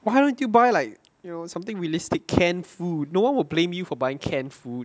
why don't you buy like you know something realistic canned food no one will blame you for buying canned food